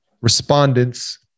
respondents